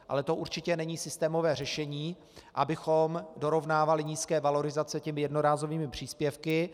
Ale to určitě není systémové řešení, abychom dorovnávali nízké valorizace jednorázovými příspěvky.